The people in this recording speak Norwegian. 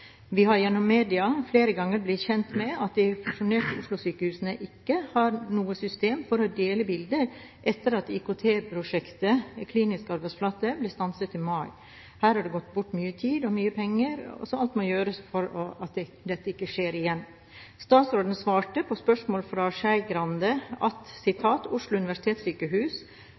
Vi har gjennom media flere ganger blitt gjort kjent med at de fusjonerte Oslo-sykehusene ikke har noe system for å dele bilder etter at IKT-prosjektet Klinisk arbeidsflate ble stanset i mai. Her har det gått bort mye tid og mye penger, derfor må alt gjøres for at dette ikke skjer igjen. Statsråden svarte på spørsmålet fra Skei Grande: